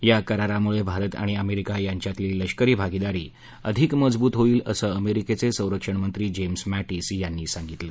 या करारामुळे भारत आणि अमेरिका यांच्यातली लष्करी भागिदारी अधिक मजबूत होईल असं अमेरिकेचे सरंक्षणमंत्री जेम्स मटिस यांनी सांगितलं